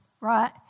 right